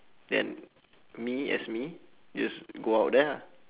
then me as me just go out there lah